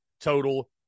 total